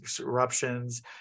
eruptions